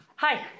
Hi